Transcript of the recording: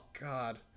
God